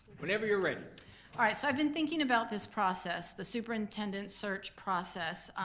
whenever you're ready. all right so i've been thinking about this process, the superintendent search process,